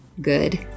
good